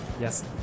Yes